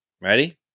Ready